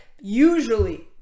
usually